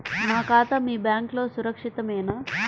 నా ఖాతా మీ బ్యాంక్లో సురక్షితమేనా?